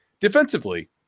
Defensively